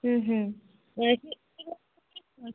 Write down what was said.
হুম হুম বলছি